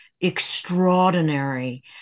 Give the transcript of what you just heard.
extraordinary